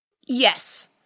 Yes